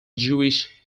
jewish